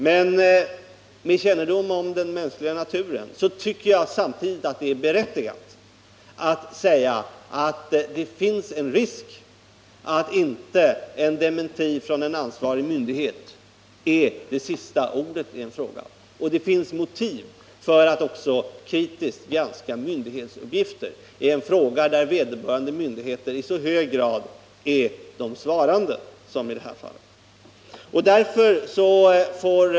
Men med kännedom om den mänskliga naturen tycker jag samtidigt att det är berättigat att säga att det finns en risk att en dementi från en ansvarig myndighet inte är det sista ordet i en fråga. Det finns motiv för att också kritiskt granska myndigheters uppgifter i en fråga där vederbörande myndigheter i så hög grad är de svarande som i det här fallet.